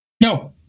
No